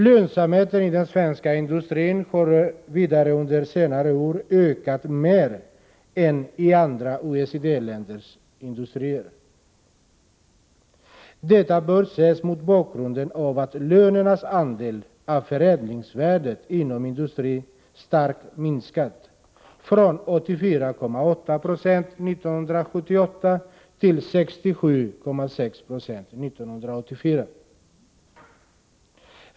Lönsamheten i den svenska industrin har vidare under senare år ökat mer än i andra OECD länders industrier. Detta bör ses mot bakgrund av att lönernas andel av förräntningsvärdet inom industrin starkt har minskat från 84,8 90 år 1978 till 67,6 960 år 1984.